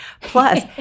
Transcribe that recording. Plus